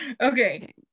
Okay